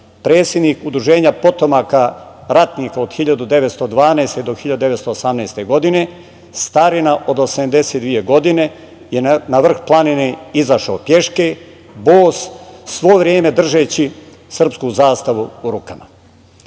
predsednik Udruženja potomaka ratnih od 1912. do 1918. godine, starina od 82 godina, je na vrh planine izašao peške, bos, svo vreme držeći srpsku zastavu u rukama.